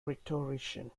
rhetorician